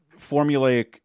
formulaic